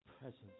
presence